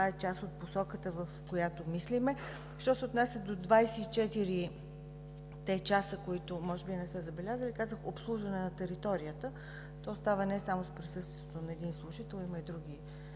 е част от посоката, в която мислим. Що се отнася до 24-те часа – може би не сте забелязали, казах „обслужване на територията”. То става не само с присъствието на един служител, има и други